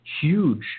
huge